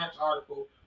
article